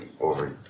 over